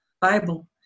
Bible